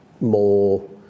more